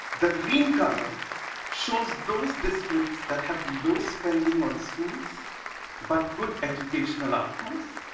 the green color shows those districts that have low spending on schools but good educational outcomes,